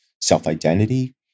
self-identity